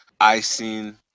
icing